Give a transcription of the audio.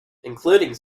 including